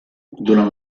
durant